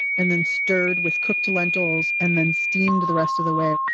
and then stirred with cooked lentils and then steamed the rest of the way.